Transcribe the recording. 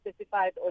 specified